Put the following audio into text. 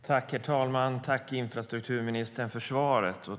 Herr talman! Tack, infrastrukturministern, för svaret!